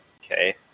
okay